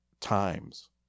times